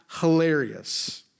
hilarious